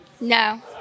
No